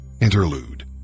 interlude